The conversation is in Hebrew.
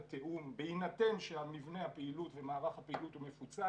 בהינתן שמבנה הפעילות ומערך הפעילות מפוצל